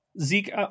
Zeke